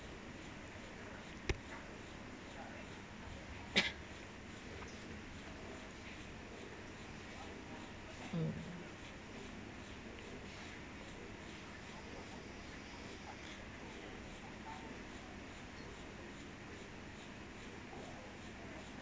mm